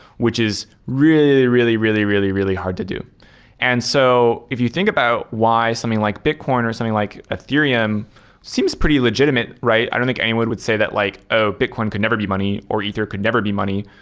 which is really, really, really, really, really hard to do and so if you think about why something like bitcoin or something like ethereum seems pretty legitimate, right? i don't think anyone would say that like, oh! bitcoin can never be money, or ether could never be money.